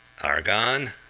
Argon